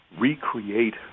recreate